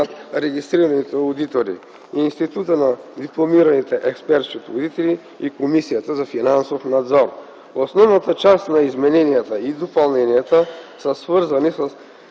регистрираните одитори, Института на дипломираните експерт-счетоводители и Комисията за финансов надзор. Основната част на измененията и допълненията е свързана с